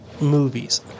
movies